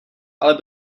ale